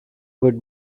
would